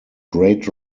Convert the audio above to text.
great